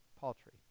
Paltry